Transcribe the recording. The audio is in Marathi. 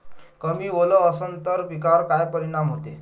कमी ओल असनं त पिकावर काय परिनाम होते?